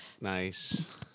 Nice